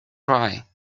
cry